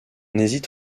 hésite